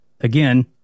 Again